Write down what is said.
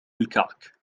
الكعك